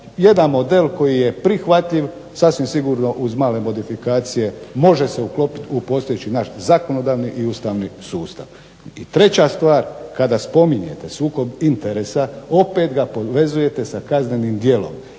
Jedan model koji je prihvatljiv sasvim sigurno uz male modifikacije može se uklopiti u postojeći naš zakonodavni i ustavni sustav. I treća stvar, kada spominjete sukob interesa opet ga povezujete sa kaznenim djelom.